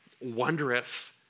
wondrous